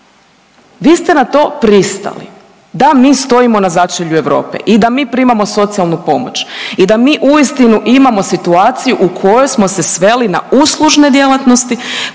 Vi ste na to pristali da mi stojimo na začelju Europe i da mi primamo socijalnu pomoć i da mi uistinu imamo situaciju u kojoj smo se sveli na uslužne djelatnosti